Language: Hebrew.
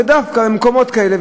ודווקא במקומות כאלה,